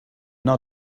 not